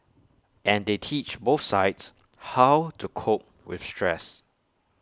and they teach both sides how to cope with stress